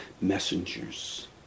messengers